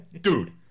Dude